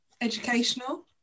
educational